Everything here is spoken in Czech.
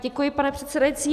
Děkuji, pane předsedající.